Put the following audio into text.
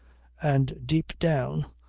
and deep down,